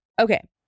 okay